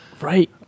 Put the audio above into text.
Right